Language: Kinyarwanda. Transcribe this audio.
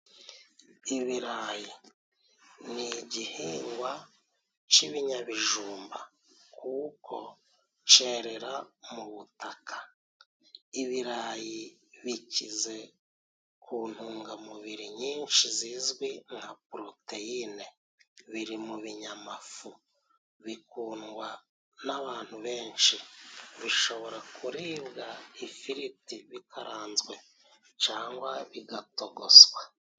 Ibirayi. Ni igihingwa c'ibinyabijumba kuko cerera mu butaka. Ibirayi bikize ku ntungamubiri nyinshi zizwi nka poroteyine. Biri mu binyamafu, bikundwa n'abantu benshi. Bishobora kuribwa ifiriti, bikaranzwe cyangwa bigatogoswa.